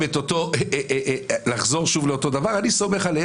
אני מרגיש בכנות שלא קיבלתי תשובה לשאלה שלי.